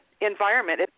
environment